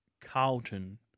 Carlton